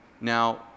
Now